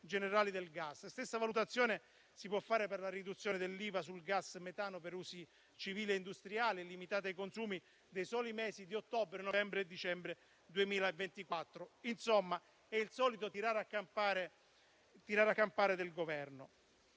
generali del gas. La stessa valutazione si può fare per la riduzione dell'IVA sul gas metano per usi civili e industriali limitata ai consumi dei soli mesi di ottobre, novembre e dicembre 2024. Insomma, è il solito tirare a campare del Governo.